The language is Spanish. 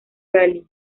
rally